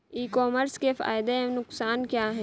ई commerce के फायदे एवं नुकसान क्या हैं?